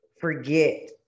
forget